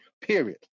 period